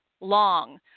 long